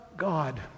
God